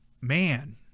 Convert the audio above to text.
Man